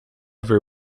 ver